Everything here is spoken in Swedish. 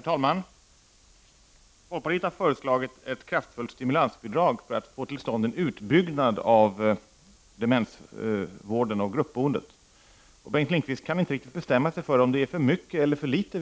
talman! Folkpartiet har föreslagit ett kraftfullt stimulansbidrag för att få till stånd en utbyggnad av demensvården och gruppboendet. Bengt Lindqvist kan inte riktigt bestämma sig för om det är för stort eller för litet.